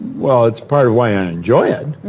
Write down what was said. well, it's part of why i enjoy it.